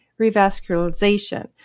revascularization